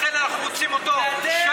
לכן אנחנו רוצים אותו שם,